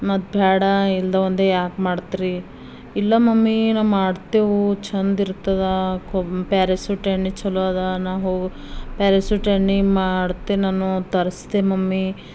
ಮತ್ತು ಬ್ಯಾಡ ಇಲ್ದ ಒಂದು ಯಾಕೆ ಮಾಡ್ತೀರಿ ಇಲ್ಲ ಮಮ್ಮಿ ನಾವು ಮಾಡ್ತೇವೆ ಚೆಂದ ಇರ್ತದೆ ಕೋ ಪ್ಯಾರಾಶೂಟ್ ಎಣ್ಣೆ ಚಲೋ ಅದ ನಾ ಹೋಗಿ ಪ್ಯಾರಾಶೂಟ್ ಎಣ್ಣೆ ಮಾಡ್ತೆ ನಾನು ತರಿಸ್ತೆ ಮಮ್ಮಿ